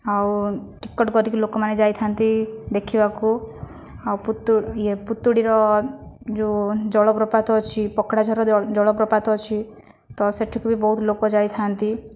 ଆଉ ଟିକେଟ କରିକି ଲୋକମାନେ ଯାଇଥାନ୍ତି ଦେଖିବାକୁ ଆଉ ଏ ପୁତୁଡ଼ିର ଯେଉଁ ଜଳପ୍ରପାତ ଅଛି ପକଡ଼ାଝର ଜଳ ଜଳପ୍ରପାତ ଅଛି ତ ସେଠିକି ବି ବହୁତ ଲୋକ ଯାଇଥାନ୍ତି